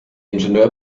ingenieur